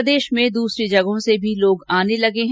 प्रदेश में दसरी जगहों से भी लोग आने लगे हैं